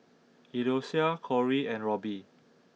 Eloisa Cory and Robby